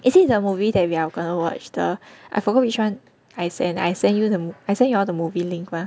is it the movie that we are gonna watch the I forgot which one I sent I sent you all the movie link mah